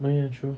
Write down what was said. ya ya sure